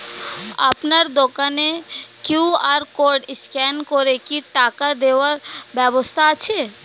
আপনার দোকানে QR code scan করে কি টাকা দেওয়ার ব্যবস্থা আছে?